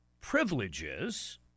privileges